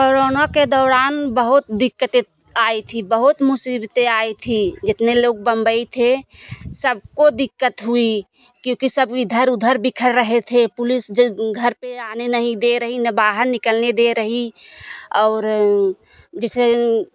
corona के दौरान बहुत दिक्कतें आई थी बहुत मुसीबतें आई थी जितने लोग बम्बई थे सबको दिक्कत हुई क्योंकि सब इधर उधर बिखर रहे थे पुलिस घर पे आने नहीं दे रही ना बाहर निकलने दे रही और जिसे